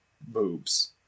boobs